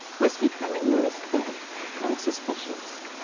was becoming neurasthenic and suspicious.